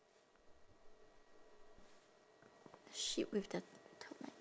sheep with the top right